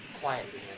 quietly